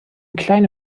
kleine